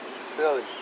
Silly